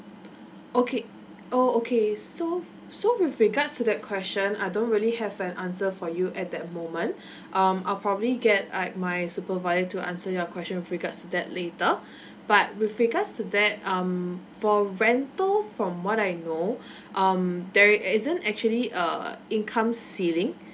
okay oh okay so so with regards to that question I don't really have an answer for you at that moment um I'll probably get like my supervisor to answer your question with regards that later but with regards to that um for rental from what I know um there isn't actually a income ceiling